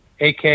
AK